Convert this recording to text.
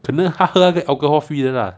可能他喝那个 alcohol free 的 lah